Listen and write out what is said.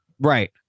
Right